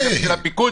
אחר כך של הפיקוד.